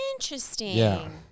interesting